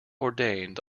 ordained